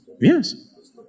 Yes